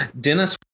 dennis